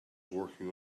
working